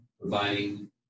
providing